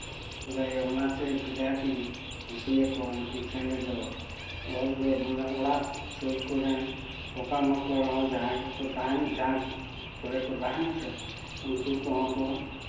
ᱚᱱᱟᱛᱮ ᱵᱤᱨᱟᱴ ᱤᱧ ᱠᱩᱥᱤᱭᱟᱠᱚᱣᱟ ᱩᱱᱠᱩ ᱪᱮᱬᱮ ᱫᱚ ᱚᱲᱟᱜ ᱥᱩᱨ ᱠᱚᱨᱮᱱ ᱯᱳᱠᱟᱢᱟᱠᱚᱲ ᱦᱚᱸ ᱡᱟᱦᱟᱸᱭ ᱠᱚᱠᱚ ᱛᱟᱦᱮᱱ ᱡᱟᱦᱟᱸᱭ ᱠᱚᱨᱮ ᱠᱚ ᱛᱟᱦᱮᱱᱟᱥᱮ ᱩᱱᱠᱩ ᱠᱚᱦᱚᱸ ᱠᱚ